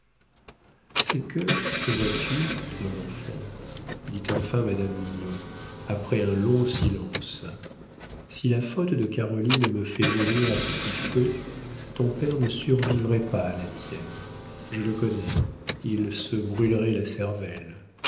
c'est que vois-tu mon enfant dit enfin madame mignon après un long silence si la faute de caroline me fait mourir à petit feu ton père ne survivrait pas à la tienne je le connais il se brûlerait la cervelle